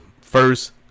First